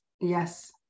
Yes